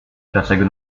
dlaczego